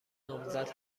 نامزد